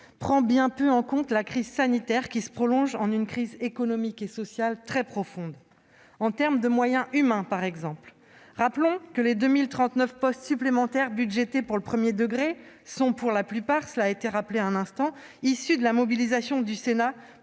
prend bien peu en compte la crise sanitaire qui se prolonge en une crise économique et sociale très profonde. En termes de moyens humains, par exemple, rappelons que les 2 039 postes supplémentaires budgétés pour le premier degré sont pour la plupart, comme il vient d'être rappelé, issus de la mobilisation du Sénat